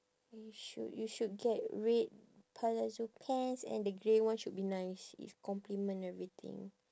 you should you should get red palazzo pants and the grey one should be nice if complement everything